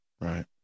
Right